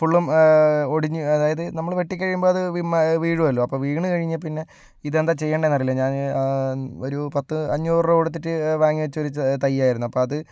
ഫുള്ളും ഒടിഞ്ഞു അതായത് നമ്മൾ വെട്ടിക്കഴിയുമ്പോൾ അത് വി വീഴല്ലോ അപ്പോൾ വീണു കഴിഞ്ഞപ്പോൾ പിന്നെ ഇത് എന്താ ചെയ്യണ്ടേ എന്ന് അറിയില്ല ഞാൻ ഒരു പത്ത് അഞ്ഞൂറ് റൂപ കൊടുത്തിട്ട് വാങ്ങി വെച്ച ഒരു തയ്യായിരുന്നു അപ്പോൾ അത്